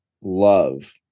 love